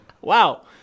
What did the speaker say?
Wow